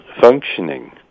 functioning